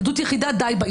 עדות יחידה די בה.